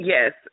Yes